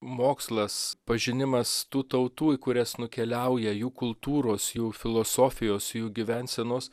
mokslas pažinimas tų tautų į kurias nukeliauja jų kultūros jų filosofijos jų gyvensenos